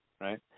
right